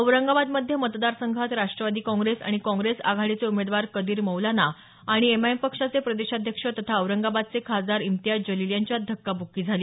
औरंगाबाद मध्य मतदार संघात राष्टवादी काँग्रेस आणि काँग्रेस आघाडीचे उमेदवार कदीर मौलाना आणि एमआयएम पक्षाचे प्रदेशाध्यक्ष तथा औरंगाबादचे खासदार इम्तियाज जलील यांच्यात धक्काबुक्की झाली